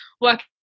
working